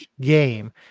game